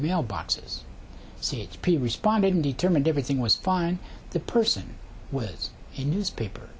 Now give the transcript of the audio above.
mailboxes c h p responded and determined everything was fine the person with the newspaper